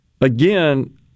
again